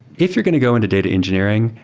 if you're going to go into data engineering,